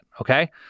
okay